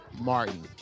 Martin